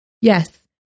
Yes